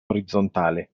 orizzontale